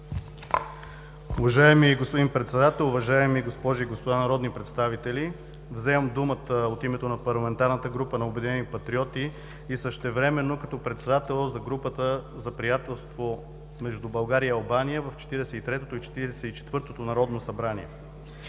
Уважаеми господин Председател, уважаеми госпожи и господа народни представители, взимам думата от името на парламентарната група на „Обединени патриоти“ и същевременно като председател за Групата за приятелство между България и Албания в Четиридесет и третото и